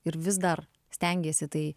ir vis dar stengiesi tai